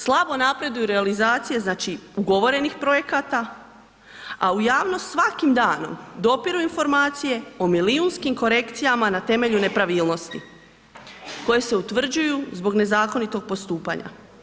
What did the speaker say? Slabo napreduju realizacije, znači, ugovorenih projekata, a u javnost svakim danom dopiru informacije o milijunskim korekcijama na temelju nepravilnosti koje se utvrđuju zbog nezakonitog postupanja.